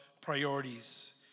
Priorities